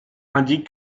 indique